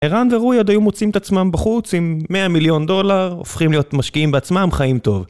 ערן ורוי עוד היו מוצאים את עצמם בחוץ עם 100 מיליון דולר, הופכים להיות משקיעים בעצמם, חיים טוב.